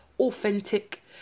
authentic